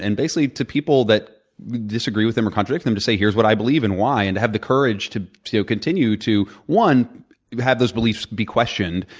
and basically, to people that disagree with them or contradict them to say here is what i believe and why. and to have the courage to so continue to one have those beliefs be questions,